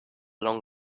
long